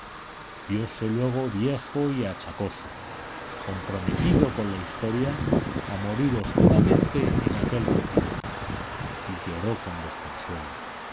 viose luego viejo y achacoso comprometido con la historia a morir oscuramente en aquel retiro y lloró con desconsuelo